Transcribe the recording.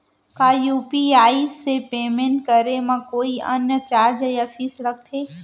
का यू.पी.आई से पेमेंट करे म कोई अन्य चार्ज या फीस लागथे?